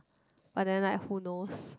but then like who knows